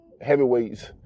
heavyweights